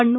ಹಣ್ಣು